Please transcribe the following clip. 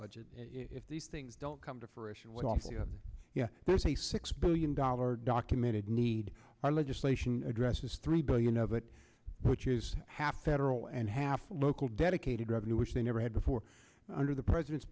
budget if these things don't come to fruition what awful you have is a six billion dollars documented need our legislation addresses three billion of it which is half admiral and half local dedicated revenue which they never had before under the president's